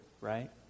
right